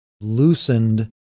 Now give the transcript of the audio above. loosened